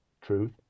truth